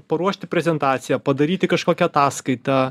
paruošti prezentaciją padaryti kažkokią ataskaitą